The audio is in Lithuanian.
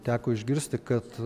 teko išgirsti kad